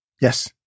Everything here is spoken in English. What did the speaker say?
Yes